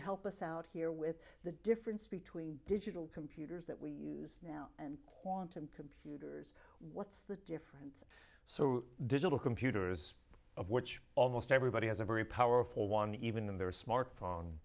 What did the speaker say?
help us out here with the difference between digital computers that we use now and quantum computers what's the difference so digital computers of which almost everybody has a very powerful one even in their smartphone